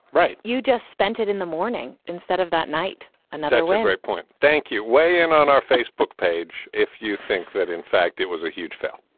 right. you just spent it in the morning instead of that night another great point. thank you. weigh in on our facebook page. if you think that, in fact, it was a huge foul,